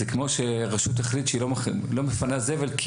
זה כמו שרשות תחליט שהיא לא מפנה זבל כי